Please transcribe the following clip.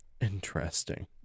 Interesting